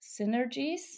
synergies